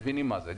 ומבינים מה זה,